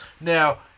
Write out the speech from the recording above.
Now